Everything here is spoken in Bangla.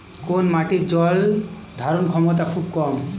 কোন মাটির জল ধারণ ক্ষমতা খুব কম?